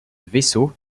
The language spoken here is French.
vaisseau